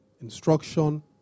instruction